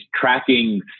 tracking